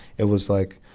it was like,